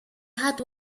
had